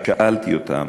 שאלתי אותם,